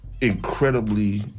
incredibly